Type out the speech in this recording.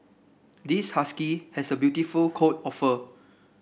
this husky has a beautiful coat of fur